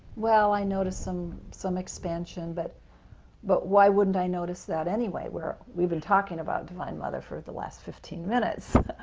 well, i noticed some some expansion but but why wouldn't i notice that anyway? we've been talking about divine mother for the last fifteen minutes,